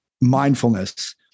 Mindfulness